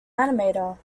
animator